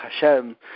Hashem